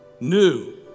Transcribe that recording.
New